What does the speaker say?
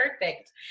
perfect